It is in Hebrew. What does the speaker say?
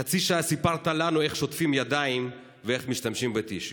חצי שעה סיפרת לנו איך שוטפים ידיים ואיך משתמשים בטישו.